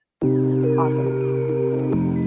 Awesome